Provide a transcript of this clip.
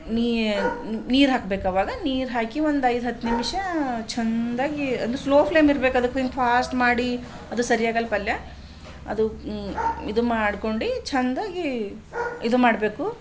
ನೀ ನೀರು ಹಾಕ್ಬೇಕು ಆವಾಗ ನೀರು ಹಾಕಿ ಒಂದು ಐದು ಹತ್ತು ನಿಮಿಷ ಚೆಂದಾಗಿ ಅದು ಸ್ಲೋ ಫ್ಲೇಮಿರ್ಬೇಕು ಅದಕ್ಕೆ ಫಾಸ್ಟ್ ಮಾಡಿ ಅದು ಸರಿಯಾಗಲ್ಲ ಪಲ್ಯ ಅದು ಇದು ಮಾಡ್ಕೊಂಡು ಚೆಂದಾಗಿ ಇದು ಮಾಡಬೇಕು